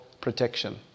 protection